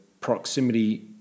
proximity